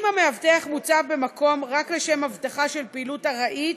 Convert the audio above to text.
אם המאבטח מוצב במקום רק לשם אבטחה של פעילות ארעית,